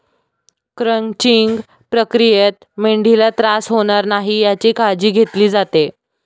crunching प्रक्रियेत मेंढीला त्रास होणार नाही याची काळजी घेतली जाते